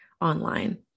online